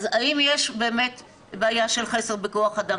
אז האם יש באמת בעיה של חסר בכח אדם,